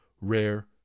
rare